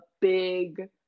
big